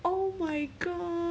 oh my god